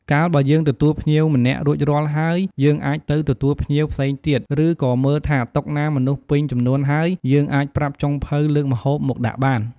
កាលបើយើងទទួលភ្ញៀវម្នាក់រួចរាល់ហើយយើងអាចទៅទទួលភ្ញៀវផ្សេងទៀត ឬក៏មើលថាតុណាមនុស្សពេញចំនួនហើយ យើងអាចប្រាប់ចុងភៅលើកម្ហូបមកដាក់បាន។